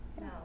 No